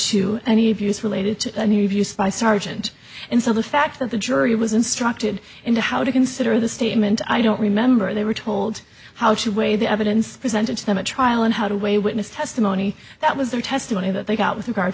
to any abuse related to the new abuse by sergeant and so the fact that the jury was instructed into how to consider the statement i don't remember they were told how she weigh the evidence presented to them at trial and how to weigh witness testimony that was their testimony that they got with regard